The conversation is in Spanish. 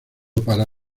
para